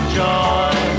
joy